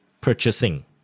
purchasing